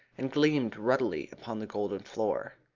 and gleamed ruddily upon the golden floor.